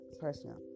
personal